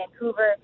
Vancouver